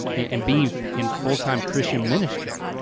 um and being in full time christian ministry.